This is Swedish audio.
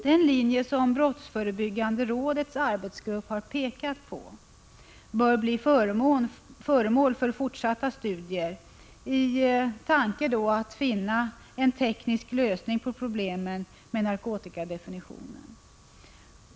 Den linje som brottsförebyggande rådets arbetsgrupp har pekat på bör bli föremål för fortsatta studier i avsikt att finna en teknisk lösning på problemen med narkotikadefinitionen.